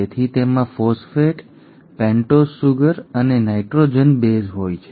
તેથી તેમાં phosphate pentose sugar અને નાઇટ્રોજનસ બેઝ હોય છે